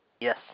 Yes